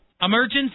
emergency